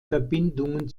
verbindungen